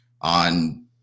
on